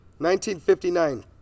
1959